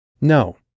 No